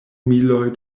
miloj